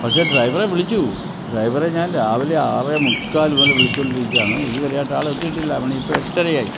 പക്ഷേ ഡ്രൈവറെ വിളിച്ചു ഡ്രൈവറെ ഞാൻ രാവിലെ ആറ് മുക്കാൽ മുതൽ വിളിച്ചോണ്ടിരിക്കയാണ് ഇതുവരെയായിട്ട് ആളെത്തിട്ടില്ല മണി ഇപ്പം എട്ടരയായി